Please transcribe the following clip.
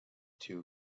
two